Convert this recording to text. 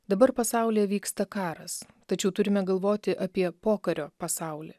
dabar pasaulyje vyksta karas tačiau turime galvoti apie pokario pasaulį